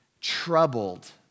troubled